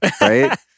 Right